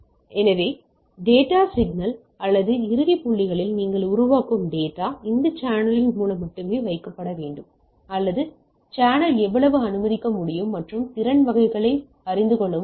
எனவே data signal அல்லது இறுதி புள்ளிகளில் நீங்கள் உருவாக்கும் டேட்டா இந்த சேனலின் மூலம் மட்டுமே வைக்கப்பட வேண்டும் அல்லது சேனல் எவ்வளவு அனுமதிக்க முடியும் மற்றும் திறன் வகை விஷயங்களை அறிந்து கொள்ள வேண்டும்